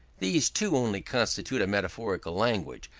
these too only constitute a metaphorical language,